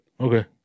Okay